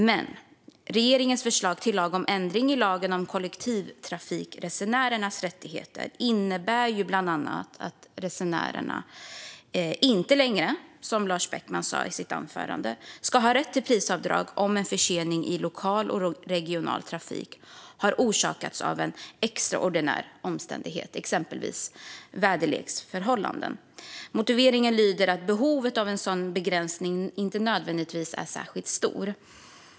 Men regeringens förslag till lag om ändring i lagen om kollektivtrafikresenärers rättigheter innebär ju bland annat att resenärerna, som Lars Beckman sa i sitt anförande, inte längre ska ha rätt till prisavdrag om en försening i lokal eller regional trafik har orsakats av en extraordinär omständighet, exempelvis väderleksförhållanden. Motiveringen lyder att behovet av en sådan begränsning inte nödvändigtvis är särskilt stort.